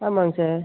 ஆமாங்க சார்